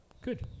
Good